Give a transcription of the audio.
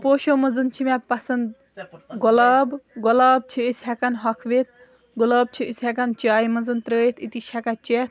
پوشو منٛز چھِ مےٚ پَسنٛد گۄلاب گۄلاب چھِ أسۍ ہٮ۪کان ہۄکھوِتھ گۄلاب چھِ أسۍ ہٮ۪کان چایہِ منٛز ترٲیِتھ أتی چھِ ہٮ۪کان چٮ۪تھ